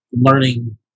learning